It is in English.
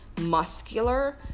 muscular